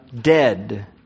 dead